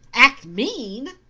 act mean?